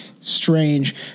Strange